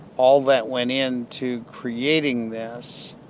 all that went in to creating this.